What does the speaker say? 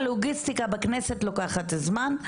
הלוגיסטיקה בכנסת לוקחת זמן,